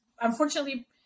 unfortunately